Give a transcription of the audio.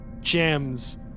gems